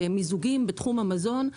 ומיזוגים בתחום המזון,